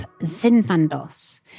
Zinfandos